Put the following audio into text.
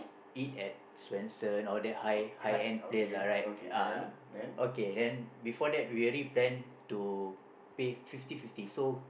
eat and Swensen all that high high end place ah right uh okay then before that we already plan to pay fifty fifty so